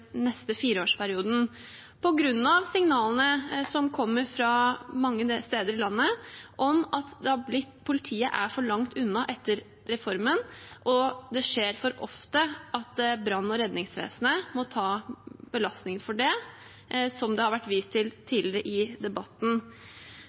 neste fireårsperioden på grunn av signalene som kommer fra mange steder i landet, om at politiet er for langt unna etter reformen, og det skjer for ofte at brann- og redningsvesenet må ta belastningen for det, som det har vært vist til